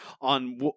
on